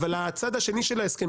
אבל הצד השני של ההסכם,